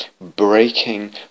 breaking